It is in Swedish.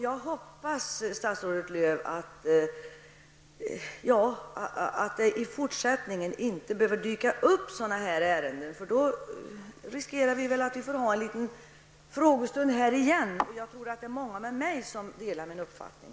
Jag hoppas att det i fortsättningen inte skall dyka upp ärenden av det här slaget, för då finns det risk för att frågan kommer upp igen. Jag tror att det är många som delar denna min uppfattning.